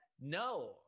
no